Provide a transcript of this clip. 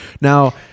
Now